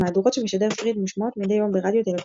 המהדורות שמשדר פריד מושמעות מדי יום ברדיו תל אביב,